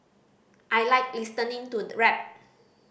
I like listening to the rap